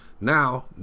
Now